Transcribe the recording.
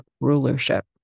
rulership